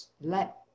let